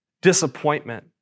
disappointment